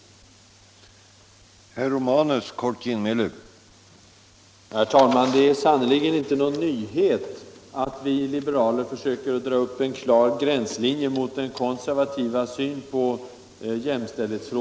Onsdagen den